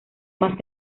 más